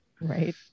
Right